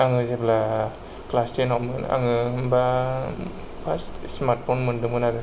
आङो जेब्ला क्लास टेनावमोन आङो हम्बा फार्स्ट स्मार्टफन मोनदोंमोन आरो